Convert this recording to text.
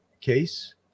case